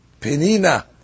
penina